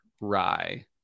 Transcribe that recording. rye